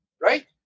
Right